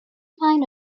find